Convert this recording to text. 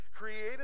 Created